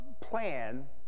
plan